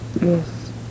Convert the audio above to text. Yes